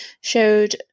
showed